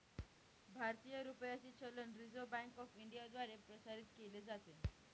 भारतीय रुपयाचे चलन रिझर्व्ह बँक ऑफ इंडियाद्वारे प्रसारित केले जाते